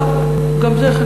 גם זה.